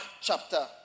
chapter